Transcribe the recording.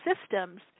systems